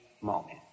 moment